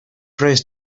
prays